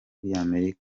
ry’amerika